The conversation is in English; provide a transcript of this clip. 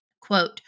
Quote